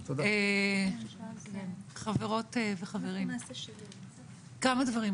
חברות וחברים, כמה דברים.